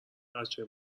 بچه